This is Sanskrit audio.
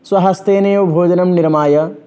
स्वहस्तेनैव भोजनं निर्माय